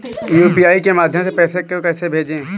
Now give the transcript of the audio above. UPI के माध्यम से पैसे को कैसे भेजें?